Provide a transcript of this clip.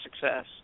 success